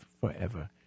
forever